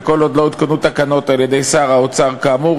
וכל עוד לא הותקנו תקנות על-ידי שר האוצר כאמור,